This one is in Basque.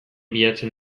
bilatzen